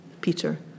Peter